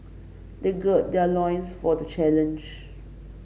they gird their loins for the challenge